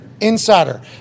insider